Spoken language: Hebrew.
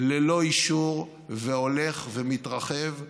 ללא אישור, והולך ומתרחב.